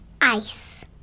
Ice